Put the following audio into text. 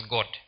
God